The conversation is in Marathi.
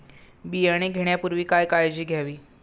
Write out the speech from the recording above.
बियाणे घेण्यापूर्वी काय काळजी घ्यावी?